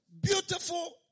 Beautiful